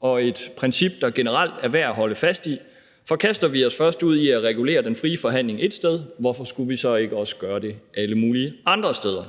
godt princip, som det generelt er værd at holde fast i. For kaster vi os først ud i at regulere den frie forhandling ét sted, hvorfor skulle vi så ikke også gøre det alle mulige andre steder?